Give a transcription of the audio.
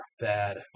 bad